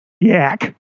yak